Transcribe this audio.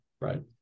right